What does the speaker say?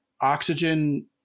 oxygen